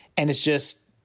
and it's just